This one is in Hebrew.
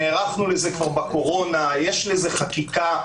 נערכנו לזה כבר בקורונה ויש לזה חקיקה.